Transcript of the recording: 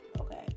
okay